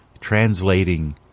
translating